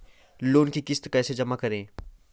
Loan की किश्त कैसे जमा करें?